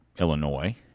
Illinois